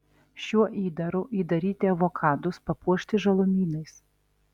šiuo įdaru įdaryti avokadus papuošti žalumynais